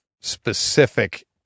specific